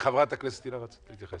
חברת הכנסת הילה שי וזאן, רצית להתייחס.